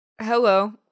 Hello